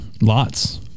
Lots